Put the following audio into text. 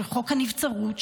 חוק הנבצרות,